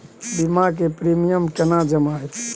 बीमा के प्रीमियम केना जमा हेते?